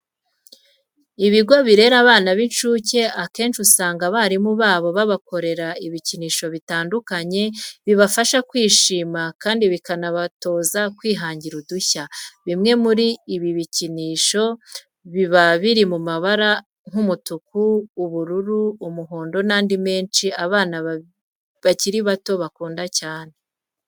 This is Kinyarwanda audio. Ibigo birera abana b'incuke akenshi usanga abarimu babo babakorera ibikinisho bitandukanye bibafasha kwishima kandi bikanabatoza kwihangira udushya. Bimwe muri ibi bikinisho biba biri mu mabara nk'umutuku, ubururu, umuhondo n'andi menshi abana bakiri bato bakunda cyane.